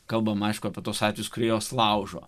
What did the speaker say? kalbama aišku apie tuos atvejus kurie juos laužo